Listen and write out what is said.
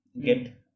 get